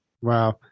Wow